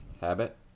habit